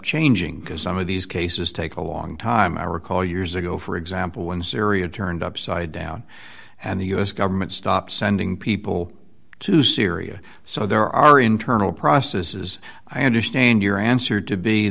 changing because some of these cases take a long time i recall years ago for example when syria turned upside down and the u s government stopped sending people to syria so there are internal processes i understand your answer to be